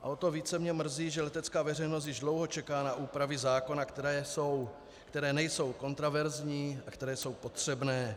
A o to více mě mrzí, že letecká veřejnost již dlouho čeká na úpravy zákona, které nejsou kontroverzní, které jsou potřebné.